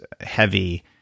heavy